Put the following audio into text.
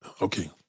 Okay